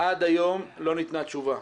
עד היום לא ניתנה תשובה.